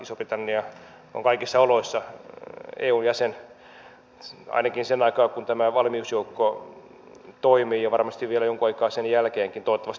iso britannia on kaikissa oloissa eun jäsen ainakin sen aikaa kun tämä valmiusjoukko toimii ja varmasti vielä jonkun aikaa sen jälkeenkin toivottavasti pitkään